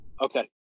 Okay